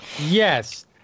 Yes